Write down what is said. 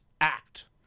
act